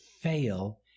fail